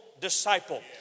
disciple